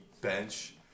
bench